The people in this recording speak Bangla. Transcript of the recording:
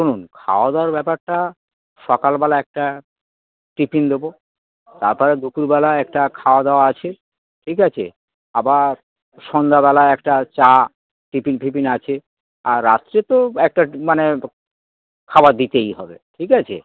শুনুন খাওয়া দাওয়ার ব্যাপারটা সকালবেলা একটা টিফিন দেবো তারপরে দুপুরবেলা একটা খাওয়া দাওয়া আছে ঠিক আছে আবার সন্ধ্যাবেলা একটা চা টিফিন ফিপিন আছে আর রাত্রে তো একটা মানে খাবার দিতেই হবে ঠিক আছে